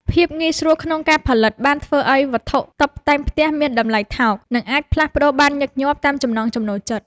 ភាពងាយស្រួលក្នុងការផលិតបានធ្វើឱ្យវត្ថុតុបតែងផ្ទះមានតម្លៃថោក និង អាចផ្លាស់ប្តូរបានញឹកញាប់តាមចំណង់ចំណូលចិត្ត។